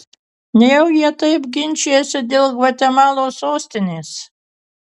nejau jie taip ginčijasi dėl gvatemalos sostinės